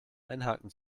einhaken